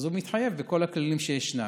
הוא מתחייב בכל הכללים שישנם.